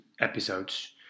episodes